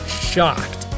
shocked